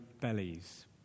bellies